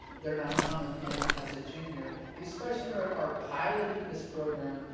they're not coming in as a junior, these freshmen are are piloting this program,